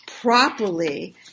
properly